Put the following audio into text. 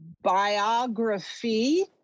biography